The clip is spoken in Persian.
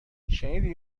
شنیدی